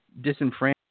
disenfranchised